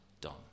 done